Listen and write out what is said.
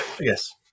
Yes